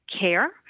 care